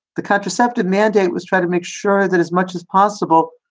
the contraceptive mandate was try to make sure that as much as possible,